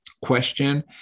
question